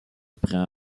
prend